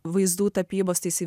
vaizdų tapybos tai jisai